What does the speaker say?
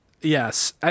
Yes